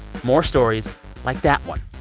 more stories like that one.